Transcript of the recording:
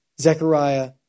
Zechariah